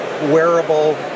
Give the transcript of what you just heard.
wearable